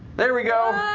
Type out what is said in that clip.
there we go